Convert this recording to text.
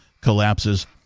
collapses